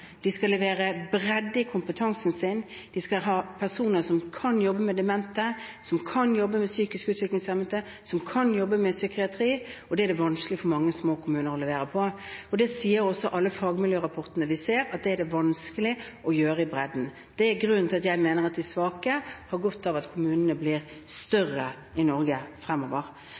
De skal levere bredde i sin kompetanse: De skal ha personer som kan jobbe med demente, psykisk utviklingshemmede og psykiatri – og dette er det vanskelig for mange små kommuner å levere på. Alle fagmiljørapportene sier også at dette er det vanskelig å gjøre i bredden. Det er grunnen til at jeg mener at de svake har godt av at kommunene blir